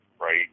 right